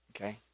Okay